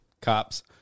Cops